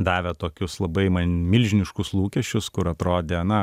davė tokius labai man milžiniškus lūkesčius kur atrodė na